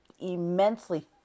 immensely